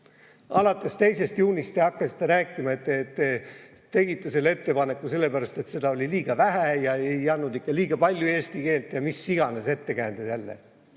Alates 2. juunist te hakkasite rääkima, et te tegite selle ettepaneku sellepärast, et seda oli liiga vähe. See ei andnud ikka [küllalt] palju eesti keelt ja mis iganes ettekääne oli jälle.